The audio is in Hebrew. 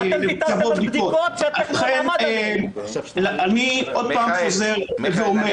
אתם ביטלתם את הבדיקות --- אני חוזר ואומר -- מיכאל,